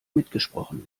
mitgesprochen